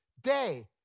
day